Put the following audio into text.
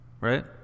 right